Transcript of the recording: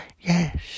Yes